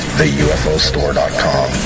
theufostore.com